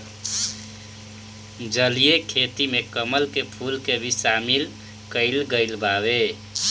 जलीय खेती में कमल के फूल के भी शामिल कईल गइल बावे